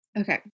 Okay